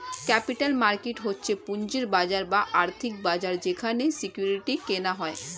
capital market হচ্ছে পুঁজির বাজার বা আর্থিক বাজার যেখানে সিকিউরিটি কেনা হয়